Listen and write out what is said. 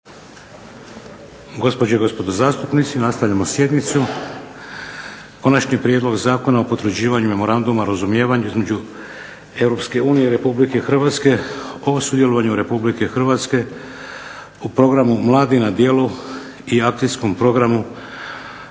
Hrvatske demokratske zajednice ovaj Prijedlog zakona o potvrđivanju Memoranduma o razumijevanju između Europske unije i Republike Hrvatske o sudjelovanju Republike Hrvatske u Programu Mladi na djelu i Akcijskom programu